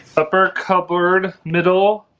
upper cupboard middle